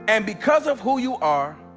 and because of who you are,